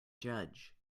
judge